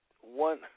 one